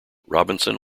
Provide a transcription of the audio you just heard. robinson